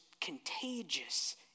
contagious